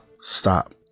stop